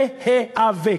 להיאבק,